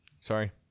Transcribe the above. Sorry